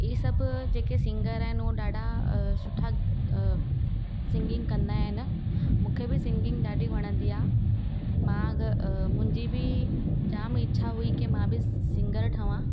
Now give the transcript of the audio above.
हीय सभु जेके सिंगर आहिनि उहो ॾाढा अ सुठा अ सिंगिंग कंदा आहिनि मूंखे बि सिंगिंग ॾाढी वणंदी आहे मां मुंहिंजी बि जाम इच्छा हुई की मां बि सिंगर ठहियां